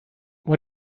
what